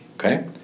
okay